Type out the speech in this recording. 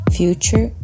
future